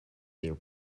their